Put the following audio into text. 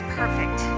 perfect